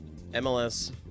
MLS